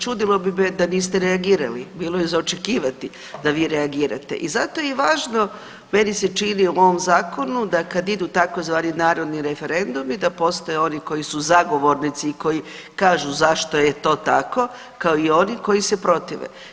Čudilo bi me da niste reagirali, bilo je za očekivati da vi reagirate i zato je važno meni se čini u ovom zakonu da kad idu tzv. narodni referendumi da postoje oni koji su zagovornici i koji kažu zašto je to tako kao i oni koji se protive.